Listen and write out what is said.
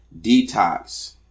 detox